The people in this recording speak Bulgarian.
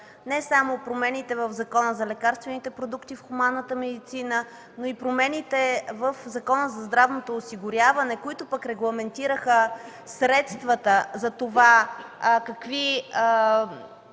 не само промените в Закона за лекарствените продукти в хуманната медицина, но и промените в Закона за здравното осигуряване, които пък регламентираха средствата за това какви